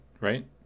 right